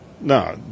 No